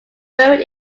buried